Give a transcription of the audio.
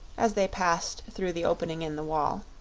as they passed through the opening in the wall.